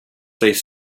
these